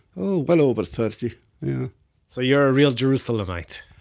oh, well over thirty. yeah so, you're a real jerusalemite?